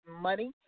money